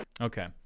okay